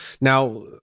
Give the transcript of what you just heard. Now